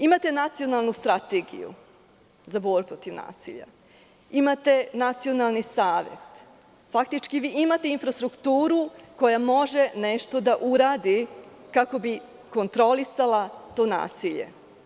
Imate nacionalnu strategiju za borbu protiv nasilja, imate Nacionalni savet, imate infrastrukturu koja može nešto da uradi, kako bi kontrolisala to nasilje.